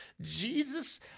Jesus